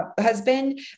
husband